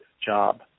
job